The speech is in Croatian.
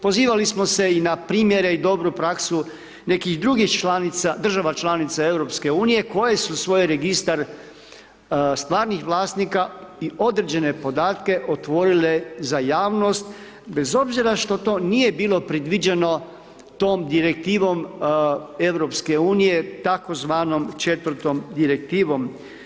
Pozivali smo se i na primjere i dobru praksu nekih drugih članica, država članica EU koje su svoj registar stvarnih vlasnika i određene podatke otvorile za javnost bez obzira što to nije bilo predviđeno tom Direktivnom EU tzv. 4. Direktivom.